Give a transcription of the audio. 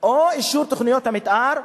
או אישור תוכניות המיתאר,